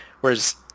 Whereas